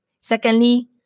Secondly